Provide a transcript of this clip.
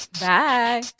Bye